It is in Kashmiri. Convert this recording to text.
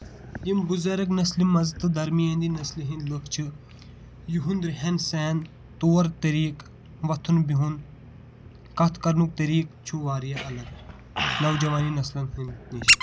یِم بُزرگ نسلہِ منٛز تہٕ درمیٲنی نسلہِ ہنٛدۍ لُکھ چھِ یِہُنٛد ریہن سیہن طور تریٖقہٕ وۄتُھن بِہُن کَتھ کَرنُک طریٖقہٕ چھُ واریاہ الگ نوجاوَنی نسلَن ہٕنٛد نِش